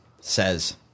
says